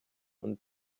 und